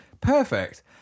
perfect